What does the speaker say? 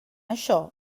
això